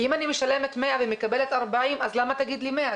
כי אם אני משלמת 100 ומקבלת 40 אז למה תגיד לי 100,